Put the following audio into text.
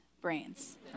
brains